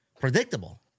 predictable